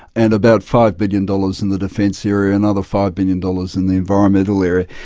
and about five billion dollars in the defence area, another five billion dollars in the environmental area.